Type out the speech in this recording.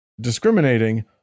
discriminating